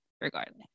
regardless